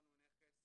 איתרנו נכס